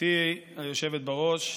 גברתי היושבת בראש,